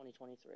2023